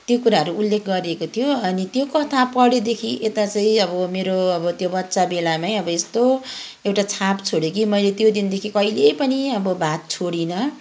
त्यो कुराहरू उल्लेख गरिएको थियो अनि त्यो कथा पढेदेखि यता चाहिँ अब मेरो अब त्यो बच्चा बेलामै अब यस्तो एउटा छाप छोड्यो कि मैले त्यो दिनदेखि कहिले पनि अब भात छोडिनँ